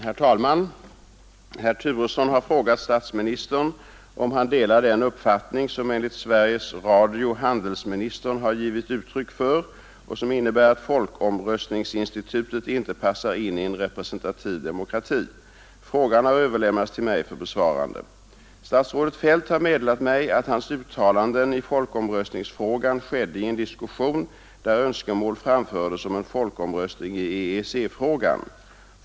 Herr talman! Herr Turesson har frågat statsministern om han delar den uppfattning som enligt Sveriges Radio handelsministern har givit uttryck för och som innebär att folkomröstningsinstitutet inte passar in i en representativ demokrati. Frågan har överlämnats till mig för besvarande. Statsrådet Feldt har meddelat mig att hans uttalanden i folkomröstningsfrågan skedde i en diskussion där önskemål framfördes om en folkomröstning i EEC-frågan.